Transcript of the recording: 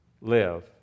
live